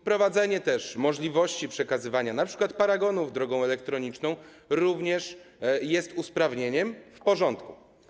Wprowadzenie możliwości przekazywania np. paragonów drogą elektroniczną również jest usprawnieniem, w porządku.